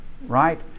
right